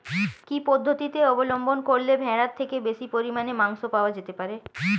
কি পদ্ধতিতে অবলম্বন করলে ভেড়ার থেকে বেশি পরিমাণে মাংস পাওয়া যেতে পারে?